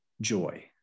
joy